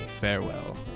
Farewell